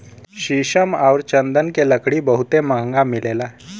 शीशम आउर चन्दन के लकड़ी बहुते महंगा मिलेला